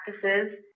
practices